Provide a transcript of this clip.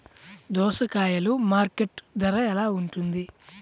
దోసకాయలు మార్కెట్ ధర ఎలా ఉంటుంది?